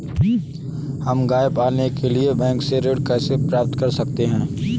हम गाय पालने के लिए बैंक से ऋण कैसे प्राप्त कर सकते हैं?